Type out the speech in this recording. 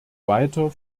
weiter